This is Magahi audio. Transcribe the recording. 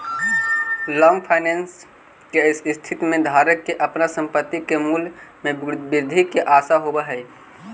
लॉन्ग फाइनेंस के स्थिति में धारक के अपन संपत्ति के मूल्य में वृद्धि के आशा होवऽ हई